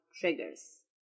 triggers